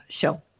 show